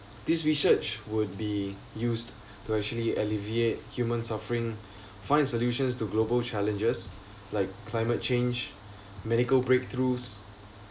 this research would be used to actually alleviate human suffering find solutions to global challenges like climate change medical breakthroughs